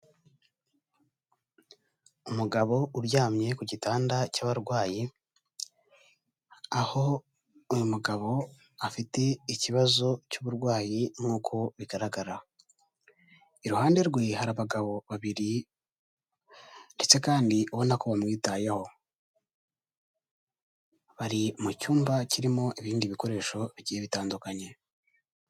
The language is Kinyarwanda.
Umugabo uryamye ku gitanda cy'abarwayi, aho uyu mugabo afite ikibazo cy'uburwayi nk'uko bigaragara, iruhande rwe hari abagabo babiri ndetse kandi ubona ko bamwitayeho, bari mu cyumba kirimo ibindi bikoresho bigiye bitandukanye.